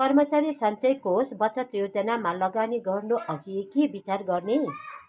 कर्मचारी सञ्चय कोष बचत योजनामा लगानी गर्नु अघि के विचार गर्ने